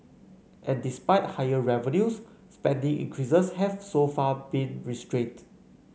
and despite higher revenues spending increases have so far been restrained